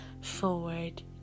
forward